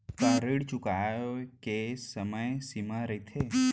का ऋण चुकोय के समय सीमा रहिथे?